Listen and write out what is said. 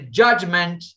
judgment